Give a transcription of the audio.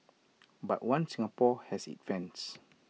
but One Singapore has its fans